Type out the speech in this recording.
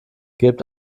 gebt